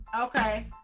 Okay